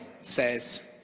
says